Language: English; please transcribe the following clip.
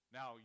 Now